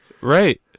Right